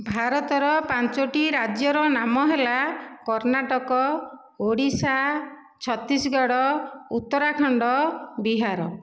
ଭାରତର ପାଞ୍ଚଟି ରାଜ୍ୟର ନାମ ହେଲା କର୍ଣ୍ଣାଟକ ଓଡ଼ିଶା ଛତିଶଗଡ଼ ଉତ୍ତରାଖଣ୍ଡ ବିହାର